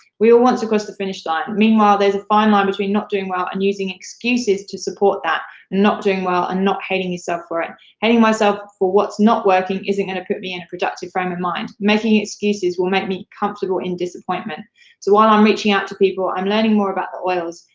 we all want to cross the finish line. meanwhile, there's a fine line between not doing well and using excuses to support that, and not doing well and not hating yourself for it. hating myself for what's not working isn't gonna put me in a productive frame of mind. making excuses will make me comfortable in disappointment, so while i'm reaching out to people, i'm learning more about the oils,